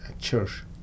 church